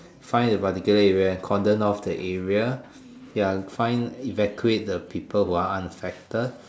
find a particular area and cordon off the area ya find evacuate the people who are unaffected